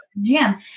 jam